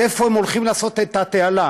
איפה הם הולכים לעשות את התעלה,